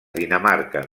dinamarca